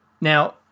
now